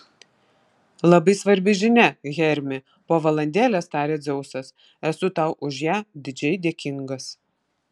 labai svarbi žinia hermi po valandėlės tarė dzeusas esu tau už ją didžiai dėkingas